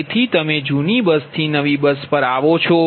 તેથી તમે જૂની બસથી નવી બસ પર છો